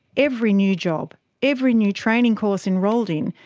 every new job, every new training course enrolled in,